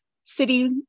city